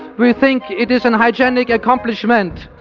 we think it is and a hygienic accomplishment.